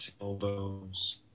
elbows